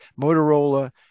Motorola